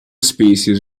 species